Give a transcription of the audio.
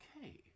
Okay